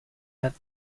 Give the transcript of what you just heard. net